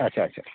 ᱟᱪᱪᱷᱟ ᱟᱪᱪᱷᱟ